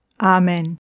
Amen